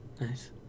Nice